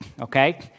Okay